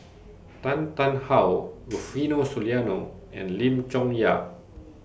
Tan Tarn How Rufino Soliano and Lim Chong Yah